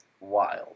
wild